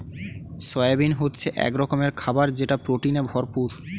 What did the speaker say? soybean হচ্ছে এক রকমের খাবার যেটা প্রোটিনে ভরপুর